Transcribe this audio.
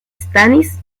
stannis